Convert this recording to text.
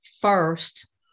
first